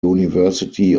university